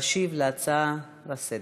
להשיב על ההצעות לסדר-היום.